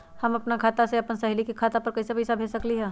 हम अपना खाता से अपन सहेली के खाता पर कइसे पैसा भेज सकली ह?